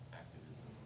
activism